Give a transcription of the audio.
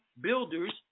builders